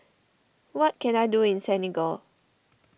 what can I do in Senegal